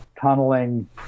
tunneling